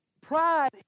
pride